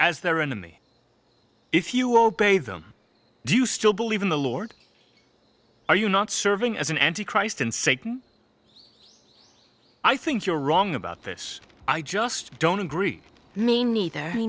as their enemy if you obey them do you still believe in the lord are you not serving as an anti christ and satan i think you're wrong about this i just don't agree me neither